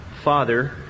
Father